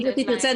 אם גברתי תרצה,